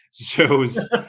Shows